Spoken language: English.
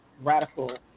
radical